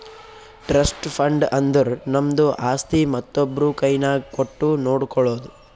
trust fund ಅಂದುರ್ ನಮ್ದು ಆಸ್ತಿ ಮತ್ತೊಬ್ರು ಕೈನಾಗ್ ಕೊಟ್ಟು ನೋಡ್ಕೊಳೋದು